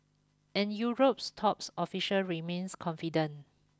and Europe's top officials remain confident